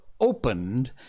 opened